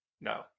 no